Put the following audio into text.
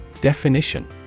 Definition